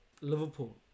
Liverpool